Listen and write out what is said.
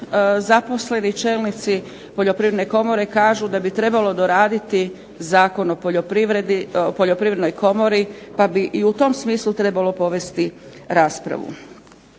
zaposleni čelnici Poljoprivredne komore kažu da bi trebalo doraditi Zakon o poljoprivredi, o Poljoprivrednoj komori, pa bi i u tom smislu trebalo povesti raspravu.